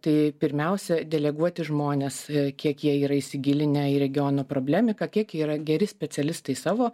tai pirmiausia deleguoti žmonės kiek jie yra įsigilinę į regiono problematiką kiek yra geri specialistai savo